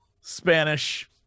Spanish